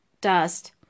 dust